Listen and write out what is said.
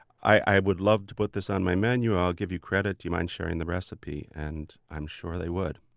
i would love to put this on my menu, i'll give you credit. do you mind sharing the recipe? and i'm sure they would.